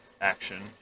action